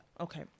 okay